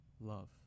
love